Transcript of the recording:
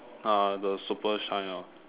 uh the super shine hor